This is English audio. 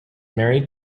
married